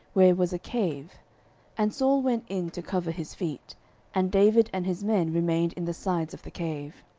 where was a cave and saul went in to cover his feet and david and his men remained in the sides of the cave.